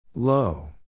Low